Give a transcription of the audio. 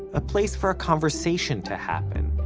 a place for a conversation to happen.